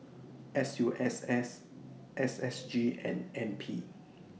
S U S S S S G and N P